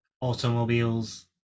automobiles